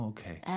Okay